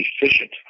efficient